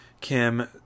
Kim